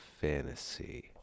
fantasy